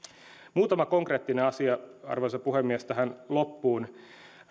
muutama konkreettinen asia arvoisa puhemies tähän loppuun